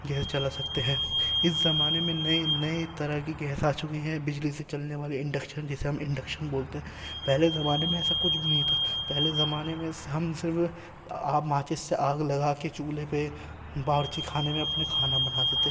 gas جلا سکتے ہیں اس زمانے میں نئے نئے طرح کی گیس آ چکی ہیں بجلی سے چلنے والے انڈکشن جسے ہم انڈکشن بولتے ہیں پہلے زمانے میں ایسا کچھ بھی نہیں تھا پہلے زمانے میں ہم صرف آپ ماچس سے آگ لگا کے چولہے پہ باورچی خانے میں اپنے کھانا بناتے تھے